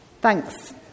Thanks